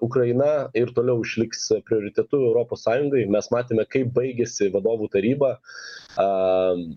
ukraina ir toliau išliks prioritetu europos sąjungai mes matėme kaip baigėsi vadovų taryba a